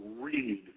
read